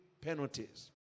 penalties